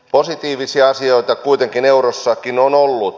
positiivisia asioita kuitenkin eurossakin on ollut